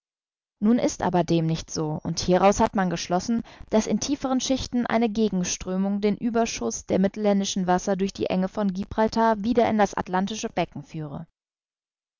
nun ist aber dem nicht so und hieraus hat man geschlossen daß in tieferen schichten eine gegenströmung den ueberschuß der mittelländischen wasser durch die enge von gibraltar wieder in das atlantische becken führe